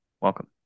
welcome